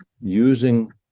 using